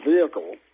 vehicle